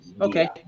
Okay